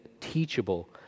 teachable